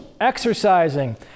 exercising